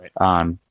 Right